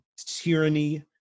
tyranny